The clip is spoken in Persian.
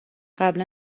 قبلا